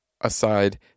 aside